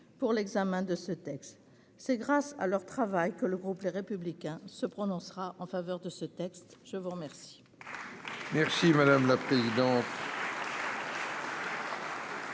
pour l'examen de ce texte. C'est grâce à leur travail que le groupe Les Républicains se prononcera en faveur de ce texte. La parole